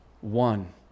One